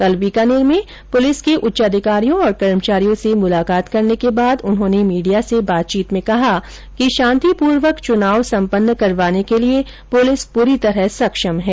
कल बीकानेर में पुलिस के उच्च अधिकारियों और कर्मचारियों से मुलाकात करने के बाद उन्होंने मीडिया से बातचीत में कहा कि शांतिपूर्वक चुनाव सम्पन्न करवाने के लिए पुलिस पूरी तरह सक्षम है